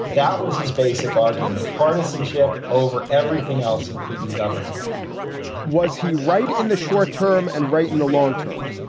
that was his basic argument. partisanship over everything else, including governance was he right in the short term and right in the long term?